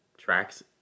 tracks